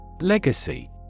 Legacy